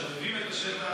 משלהבים את השטח.